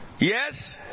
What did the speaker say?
Yes